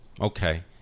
Okay